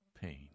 pain